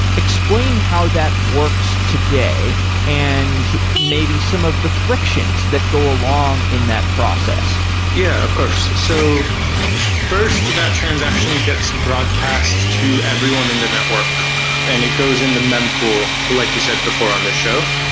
explain how that works today and maybe some of the frictions that go along in that process yeah, of course. so first to that transaction gets broadcast to everyone in the network and it goes into mempool like you said before on the show.